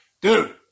Dude